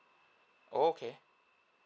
okay